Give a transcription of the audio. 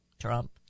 Trump